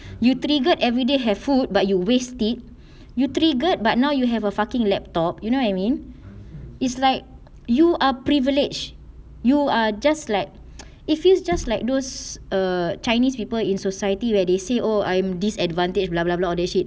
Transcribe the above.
you triggered everyday have food but you waste it you triggered but now you have a fucking laptop you know what I mean it's like you are privilege you are just like it feels just like those err chinese people in society where they say oh I am disadvantage blah blah blah all that shit